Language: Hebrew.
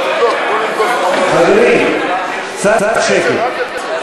חברים, קצת שקט.